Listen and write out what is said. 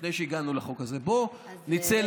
לפני שהגענו לחוק הזה: בוא נצא,